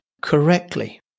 correctly